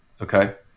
Okay